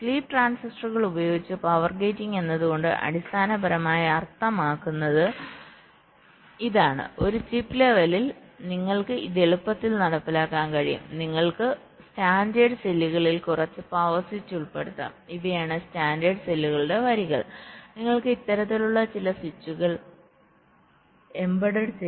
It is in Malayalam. സ്ലീപ്പ് ട്രാൻസിസ്റ്ററുകൾ ഉപയോഗിച്ച് പവർ ഗേറ്റിംഗ് എന്നതുകൊണ്ട് അടിസ്ഥാനപരമായി അർത്ഥമാക്കുന്നത് ഇതാണ് ഒരു ചിപ്പ് ലെവലിൽ നിങ്ങൾക്ക് ഇത് എളുപ്പത്തിൽ നടപ്പിലാക്കാൻ കഴിയും നിങ്ങൾക്ക് സ്റ്റാൻഡേർഡ് സെല്ലുകളിൽ കുറച്ച് പവർ സ്വിച്ച് ഉൾപ്പെടുത്താം ഇവയാണ് സ്റ്റാൻഡേർഡ് സെല്ലുകളുടെ വരികൾ നിങ്ങൾക്ക് ഇത്തരത്തിലുള്ള ചില സ്വിച്ചുകൾ എംബെഡഡ് embedded